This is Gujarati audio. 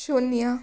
શૂન્ય